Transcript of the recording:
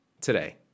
today